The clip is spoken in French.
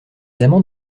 amants